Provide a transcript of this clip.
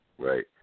Right